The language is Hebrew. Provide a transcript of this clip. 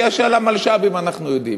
כי על המלש"בים אנחנו יודעים.